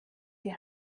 die